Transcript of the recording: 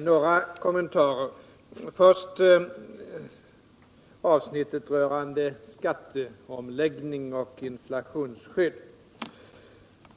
några kommentarer. Först vill jag ta upp avsnittet som rör skatteomläggning och inflationsskydd.